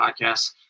podcast